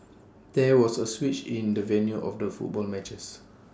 there was A switch in the venue of the football matches